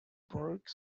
baroque